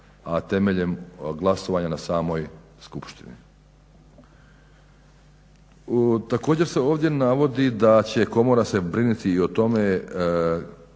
a temeljem glasovanja na samoj skupštini. Također se ovdje navodi da će se komora brinuti o tome